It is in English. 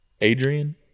Adrian